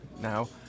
now